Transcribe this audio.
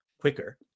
quicker